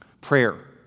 Prayer